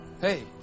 Hey